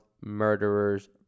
murderers